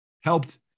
helped